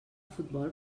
futbol